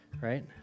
right